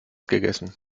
gegessen